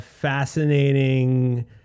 fascinating